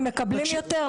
הם מקבלים יותר,